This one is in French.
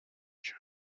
dieu